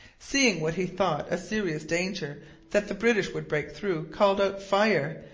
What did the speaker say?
seeing what he thought a serious danger that the british would break through, called out fire!